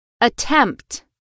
Attempt